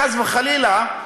חס וחלילה,